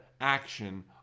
action